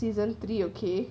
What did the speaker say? season three okay